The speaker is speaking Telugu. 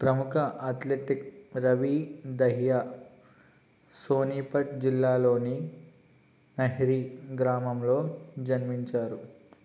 ప్రముఖ అత్లెటిక్ రవి దహియా సోనిపట్ జిల్లాలోని నహ్రీ గ్రామంలో జన్మించారు